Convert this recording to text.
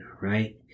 right